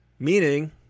Meaning